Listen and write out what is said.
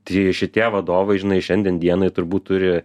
tai šitie vadovai žinai šiandien dienai turbūt turi